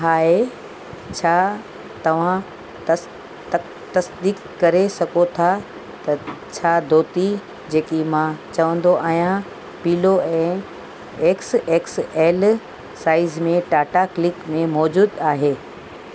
हाय छा तव्हां तस तक तसदीक करे सघो था त छा धोती जे कि मां चाहींदो आहियां पीलो ऐं एक्स एक्स एल साईज़ में टाटा क्लिक ते मौजूदु आहे